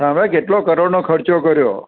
સાંભળ્યો કેટલો કરોડનો ખર્ચો કર્યો